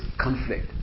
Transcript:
conflict